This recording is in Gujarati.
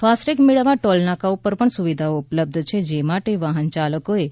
ફાસ્ટેગ મેળવવા ટોલ નાકાઓ પર પણ સુવિધા ઉપલબ્ધ છે જે માટે વાહનચાલકોએ